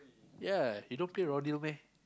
ya he don't play rodeo meh